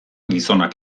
gizonak